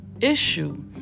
issue